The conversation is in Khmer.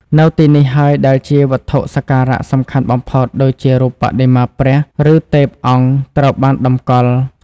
នៅទីនេះហើយដែលវត្ថុសក្ការៈសំខាន់បំផុតដូចជារូបបដិមាព្រះ ឬទេពអង្គត្រូវបានតម្កល់។